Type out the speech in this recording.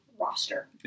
roster